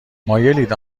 مایلید